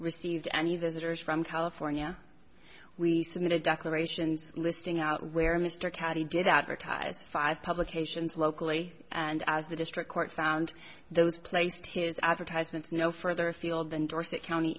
received any visitors from california we submitted declarations listing out where mr caddy did advertise five publications locally and as the district court found those placed his advertisements no further afield than dorset county